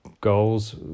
goals